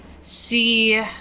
see